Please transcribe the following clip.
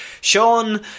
Sean